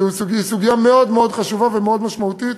שזו סוגיה מאוד מאוד חשובה ומאוד משמעותית.